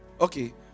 Okay